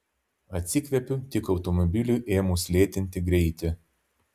atsikvepiu tik automobiliui ėmus lėtinti greitį